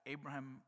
Abraham